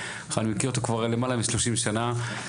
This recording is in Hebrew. אני מכיר אותו כבר למעלה משלושים שנה,